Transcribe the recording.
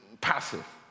passive